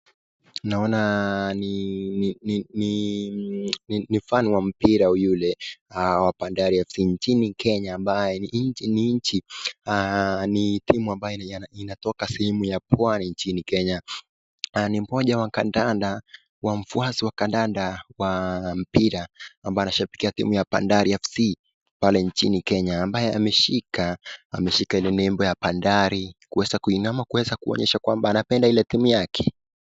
Naona ni ni ni fan wa mpira yule wa Bandari FC nchini Kenya ambaye ni nchi ni timu ambayo inatoka sehemu ya Pwani nchini Kenya. Ni mmoja wa Kandanda wa mfuasi wa Kandanda wa mpira ambaye anashabikia timu ya Bandari FC pale nchini Kenya ambaye ameshika ameshika ile nembo ya Bandari kuweza kuinama kuweza kuonyesha kwamba anapenda ile timu yake.